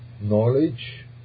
knowledge